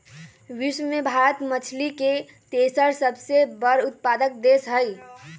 विश्व में भारत मछरी के तेसर सबसे बड़ उत्पादक देश हई